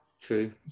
true